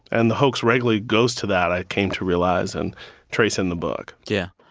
and the hoax regularly goes to that, i came to realize, in tracing the book yeah.